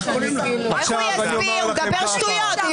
הוא מדבר שטויות.